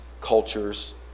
cultures